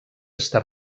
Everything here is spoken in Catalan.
està